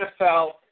NFL